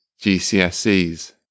GCSEs